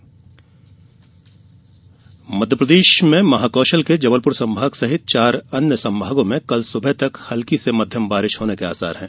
मौसम प्रदेश में महाकौशल के जबलपुर संभाग सहित चार अन्य संभागों में कल सुबह तक हल्की से मध्यम बारिश होने के आसार है